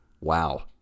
Wow